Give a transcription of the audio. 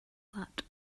that